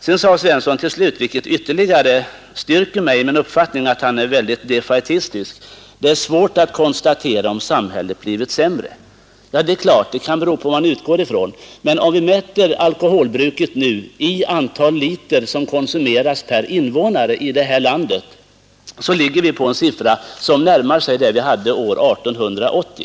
Sedan sade herr Svensson till slut — vilket ytterligare styrker mig i den uppfattningen att han är väldigt defaitistisk — att det är svårt att konstatera om samhället blivit sämre. Ja, det är klart, det kan bero på vad man utgår ifrån. Men om man mäter alkoholbruket nu i antal liter som konsumeras per invånare i detta land, ligger vi på en siffra som närmar sig den vi hade år 1880.